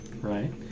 right